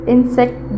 Insect